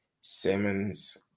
Simmons